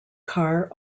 car